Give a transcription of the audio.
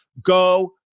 Go